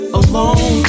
alone